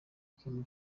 kim